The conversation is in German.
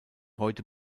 heute